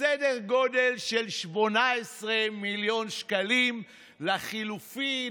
סדר גודל של 18 מיליון שקלים לחלופי,